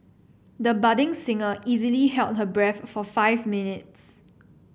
the budding singer easily held her breath for five minutes